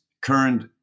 current